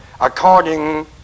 according